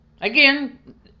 Again